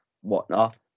whatnot